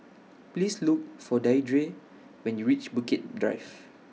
Please Look For Deirdre when YOU REACH Bukit Drive